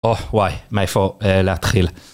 אוח וואי מאיפה להתחיל.